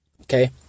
okay